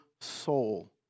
soul